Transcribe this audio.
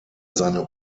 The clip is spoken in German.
seine